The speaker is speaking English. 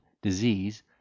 disease